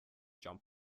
john